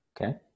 Okay